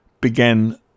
began